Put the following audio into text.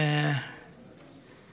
(אומר בערבית: ילד מאובק,)